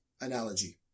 analogy